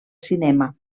cinema